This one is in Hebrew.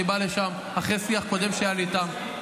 אני בא לשם אחרי שיח קודם שהיה לי איתם.